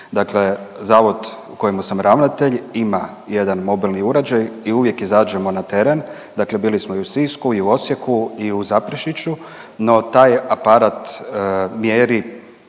Dakle, zavod u kojemu sam ravnatelj ima jedan mobilni uređaj i uvijek izađemo na teren. Dakle, bili smo i u Sisku i u Osijeku i u Zaprešiću, no taj aparat mjeri